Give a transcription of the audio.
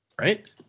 Right